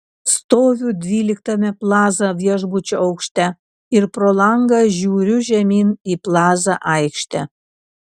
stoviu dvyliktame plaza viešbučio aukšte ir pro langą žiūriu žemyn į plaza aikštę